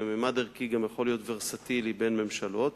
וממד ערכי גם יכול להיות ורסטילי בין ממשלות,